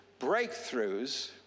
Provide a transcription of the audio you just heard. breakthroughs